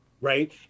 right